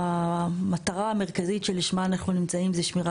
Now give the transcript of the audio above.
שהמטרה המרכזית שלשמה אנחנו נמצאים זה שמירה